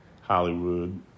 Hollywood